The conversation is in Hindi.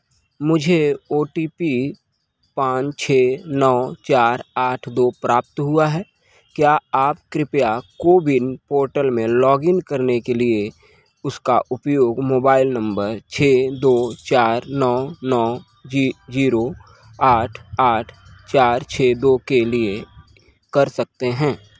मुझे ओ टी पी पाँच छ नौ चार आठ दो प्राप्त हुआ है क्या आप कृपया कोविन पोर्टल में लॉगिन करने के लिए उसका उपयोग मोबाइल नंबर छ दो चार नौ नौ जीरो आठ आठ चार छ दो के लिए कर सकते हैं